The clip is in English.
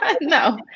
no